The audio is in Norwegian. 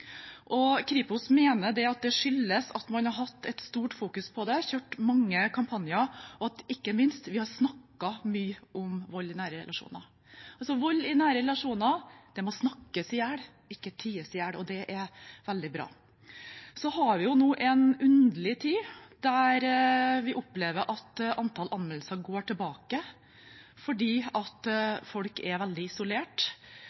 og Kripos mener det skyldes at man har fokusert mye på det, kjørt mange kampanjer og ikke minst at vi har snakket mye om vold i nære relasjoner. Altså: Vold i nære relasjoner må snakkes i hjel, ikke ties i hjel – det er veldig bra. Vi har nå en underlig tid der vi opplever at antall anmeldelser går tilbake, fordi folk er veldig isolert, og ingenting tyder på at